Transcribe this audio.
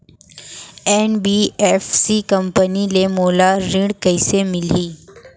NBFC company ले मोला ऋण कइसे मिलही?